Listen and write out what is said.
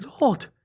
lord